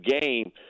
game